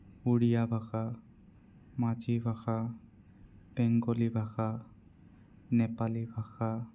উড়িয়া ভাষা মাঝি ভাষা বেংগলী ভাষা নেপালী ভাষা